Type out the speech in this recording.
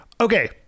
okay